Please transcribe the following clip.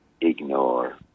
ignore